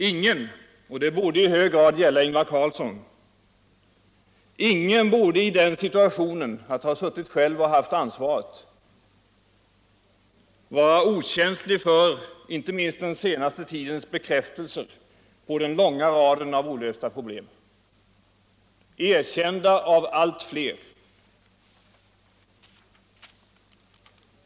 Ingen som själv haft ansvaret — och det borde i hög grad gälla Ingvar Carlsson — borde vara okänslig för den senaste tidens bekräftelse av den långa raden av olösta problem. erkända av allt fler.